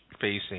facing